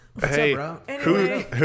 hey